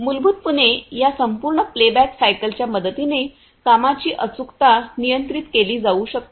मूलभूतपणे या संपूर्ण प्ले बॅक सायकलच्या मदतीने कामाची अचूकता नियंत्रित केली जाऊ शकते